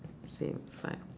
same five